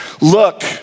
look